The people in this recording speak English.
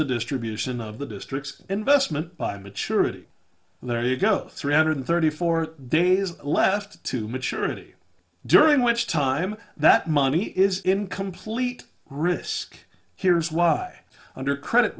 the distribution of the district's investment by maturity and there you go three hundred thirty four days left to maturity during which time that money is in complete risk here's why under credit